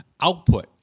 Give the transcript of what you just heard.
output